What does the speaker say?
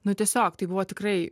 nu tiesiog tai buvo tikrai